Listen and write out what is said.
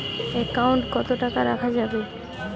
Account কত টাকা রাখা যাবে?